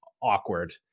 awkward